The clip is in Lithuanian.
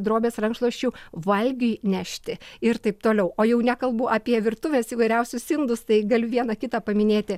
drobės rankšluosčių valgiui nešti ir taip toliau o jau nekalbu apie virtuvės įvairiausius indus tai galiu vieną kitą paminėti